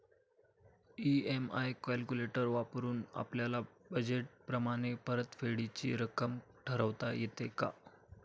EMI calculator वापरून आपापल्या budget प्रमाणे परतफेडीची रक्कम ठरवता येते का?